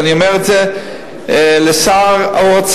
ואני אומר את זה לשר האוצר,